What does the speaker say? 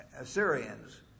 Assyrians